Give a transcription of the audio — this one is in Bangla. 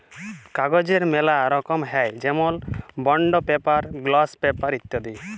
কাগজের ম্যালা রকম হ্যয় যেমল বন্ড পেপার, গ্লস পেপার ইত্যাদি